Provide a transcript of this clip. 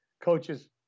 coaches